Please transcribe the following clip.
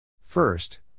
First